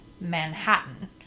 Manhattan